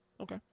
Okay